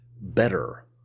better